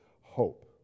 hope